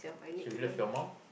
so you love your mum